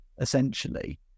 essentially